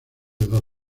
dos